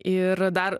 ir dar